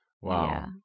wow